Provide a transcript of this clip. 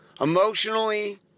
Emotionally